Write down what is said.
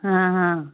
हाँ हाँ